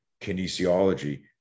kinesiology